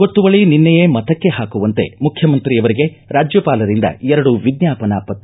ಗೊತ್ತುವಳಿ ನಿನ್ನೆಯೇ ಮತಕ್ಕೆ ಹಾಕುವಂತೆ ಮುಖ್ಯಮಂತ್ರಿಯವರಿಗೆ ರಾಜ್ಯಪಾಲರಿಂದ ಎರಡು ವಿಜ್ಞಾಪನಾ ಪತ್ರ